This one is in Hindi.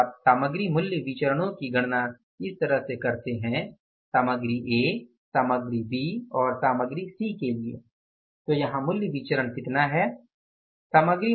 तो यदि आप सामग्री मूल्य विचरणो की गणना इस तरह से करते हैं सामग्री ए सामग्री बी और सामग्री सी के लिए तो यहां मूल्य विचरण कितना है